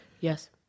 yes